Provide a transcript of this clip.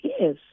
Yes